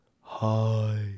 hi